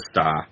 star